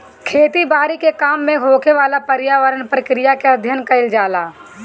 खेती बारी के काम में होखेवाला पर्यावरण प्रक्रिया के अध्ययन कईल जाला